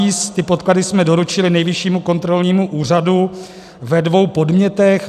Ty podklady jsme doručili Nejvyššímu kontrolnímu úřadu ve dvou podnětech.